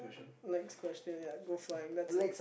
next question ya go flying that's it